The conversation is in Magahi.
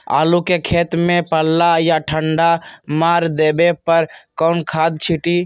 आलू के खेत में पल्ला या ठंडा मार देवे पर कौन खाद छींटी?